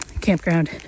campground